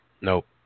Nope